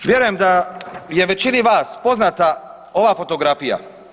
Vjerujem da je većini vas poznata ova fotografija.